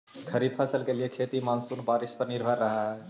खरीफ फसल के लिए खेती मानसूनी बारिश पर निर्भर करअ हई